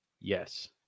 Yes